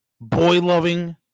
boy-loving